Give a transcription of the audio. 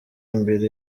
imbere